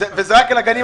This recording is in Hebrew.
גם עם שר האוצר,